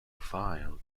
file